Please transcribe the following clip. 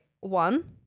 one